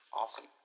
awesome